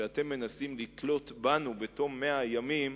שאתם מנסים לתלות בנו בתום 100 ימים,